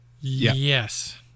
Yes